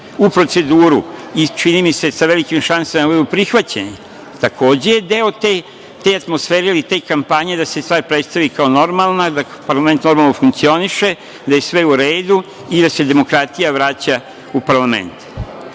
u proceduru i čini mi se sa velikim šansama da budu prihvaćeni, takođe je deo te atmosfere ili te kampanje da se stvar predstavi kao normalna, da parlament normalno funkcioniše, da je sve u redu i da se demokratija vraća u parlament. Neće